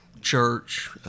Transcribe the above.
church